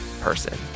person